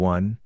One